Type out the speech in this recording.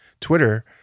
Twitter